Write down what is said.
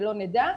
שלא נדע,